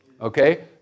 okay